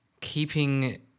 keeping